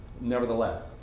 nevertheless